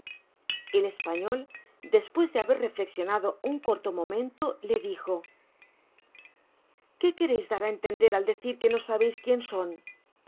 el español despues de haber reflexionado un corlo momento le dijo qué quereis dar á entender al decir que no sabeis quienes son